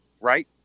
right